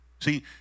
See